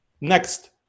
Next